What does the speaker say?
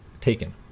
taken